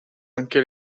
anche